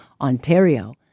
Ontario